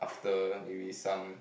after maybe some